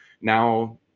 now